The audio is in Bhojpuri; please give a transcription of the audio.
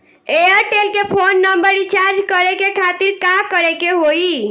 एयरटेल के फोन नंबर रीचार्ज करे के खातिर का करे के होई?